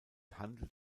handelt